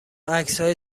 عکسهای